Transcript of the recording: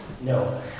No